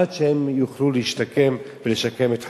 עד שהם יוכלו להשתקם ולשקם את חייהם.